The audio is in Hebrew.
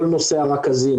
כל נושא הרכזים,